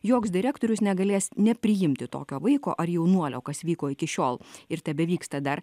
joks direktorius negalės nepriimti tokio vaiko ar jaunuolio kas vyko iki šiol ir tebevyksta dar